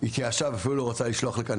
התייאשה ואפילו לא רצתה לשלוח לכאן